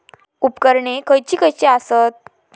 उपकरणे खैयची खैयची आसत?